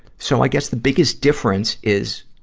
so i guess the biggest difference is,